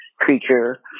creature